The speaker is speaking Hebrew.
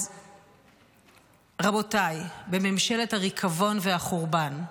אז רבותיי בממשלת הריקבון והחורבן,